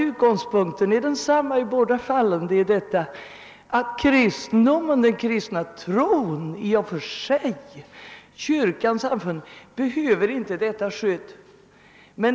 Utgångspunkten är nämligen densamma i båda fallen: den kristna tron i och för sig, kyrkan och samfunden behöver inte detta skydd.